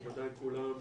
מכובדיי כולם.